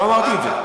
לא אמרתי את זה.